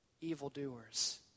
evildoers